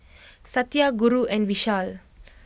Satya Guru and Vishal